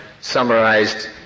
summarized